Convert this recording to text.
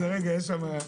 זהו.